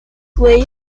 way